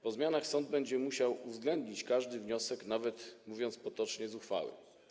Po zmianach sąd będzie musiał uwzględnić każdy wniosek, nawet, mówiąc potocznie, zuchwały.